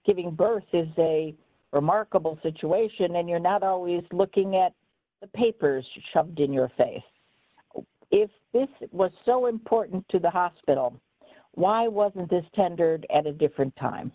giving birth is a remarkable situation when you're not always looking at the papers shoved in your face if this was so important to the hospital why wasn't this tendered at a different time